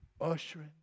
ushering